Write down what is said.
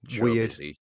weird